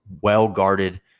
well-guarded